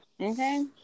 Okay